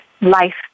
life